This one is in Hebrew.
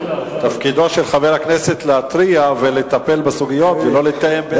תפקידו של חבר כנסת להתריע ולטפל בסוגיות ולא לתאם בין שרים.